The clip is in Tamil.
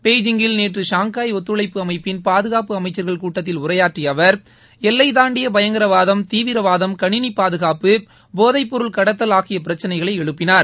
பெய்ஜிங்கில் நேற்று ஷாங்காப் ஒத்துழைப்பு அமைப்பின் பாதுகாப்பு அமைச்சர்கள் கூட்டத்தில் உரையாற்றிய அவர் எல்லை தாண்டிய பயங்கரவாதம் தீவிரவாதம் கணினி பாதுகாப்பு போதைப்பொருள் கடத்தல் ஆகிய பிரச்சினைகளை எழுப்பினார்